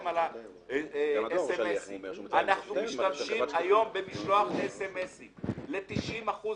אנחנו משתמשים היום במשלוח SMS. ל-90%